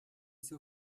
seu